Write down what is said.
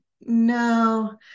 no